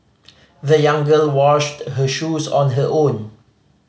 the young girl washed her shoes on her own